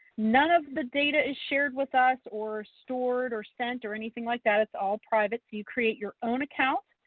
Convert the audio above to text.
none of the data is shared with us or stored or sent or anything like that. it's all private. so you create your own account.